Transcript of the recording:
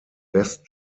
best